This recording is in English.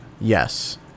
Yes